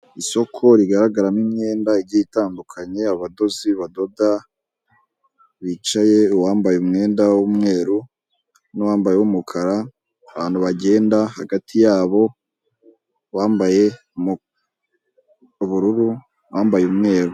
Isoko rigaragaramo imyenda igiye itandukanye abadozi badoda bicaye uwambaye umwenda w'umweru, n’ uwambaye wumukara abantu bagenda hagati yabo uwambaye ubururu bambaye umweru.